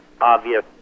obvious